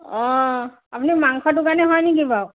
আপুনি মাংস দোকানী হয় নেকি বাৰু